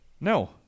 no